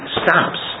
stops